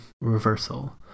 reversal